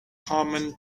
common